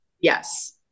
Yes